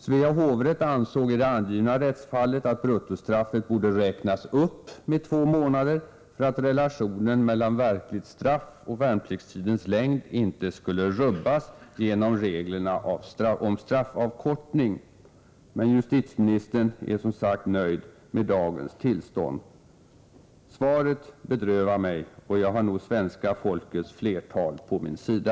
Svea hovrätt ansåg i det angivna rättsfallet att bruttostraffet borde räknas upp med två månader för att relationen mellan verkligt straff och värnpliktstidens längd inte skulle rubbas genom reglerna om straffavkortning. Men justitieministern är som sagt nöjd med dagens tillstånd. Svaret bedrövar mig. Och jag har nog svenska folkets flertal på min sida.